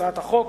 הצעת החוק